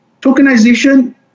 Tokenization